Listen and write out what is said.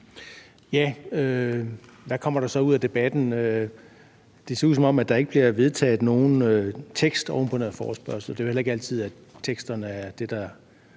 Ja, hvad kommer der så ud af debatten? Det ser ud, som om der ikke bliver vedtaget nogen vedtagelsestekst oven på den her forespørgsel – det er jo heller ikke altid, at det er teksterne,